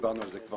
דיברנו על זה כבר